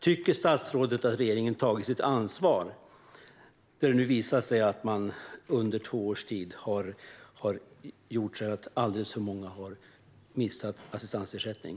Tycker statsrådet att regeringen har tagit sitt ansvar när det nu har visat sig att man under två års tid har gjort så att alldeles för många har nekats assistansersättning?